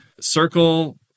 Circle